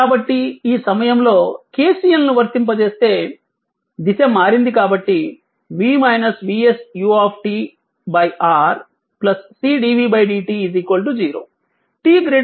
కాబట్టి ఈ సమయంలో KCL ను వర్తింపజేస్తే దిశ మారింది కాబట్టి v VS u R c dvdt 0